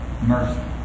mercy